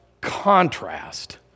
contrast